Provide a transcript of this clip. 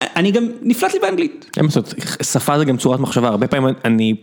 אני גם נפלט לי באנגלית שפה זה גם צורת מחשבה הרבה פעמים אני.